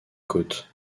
côte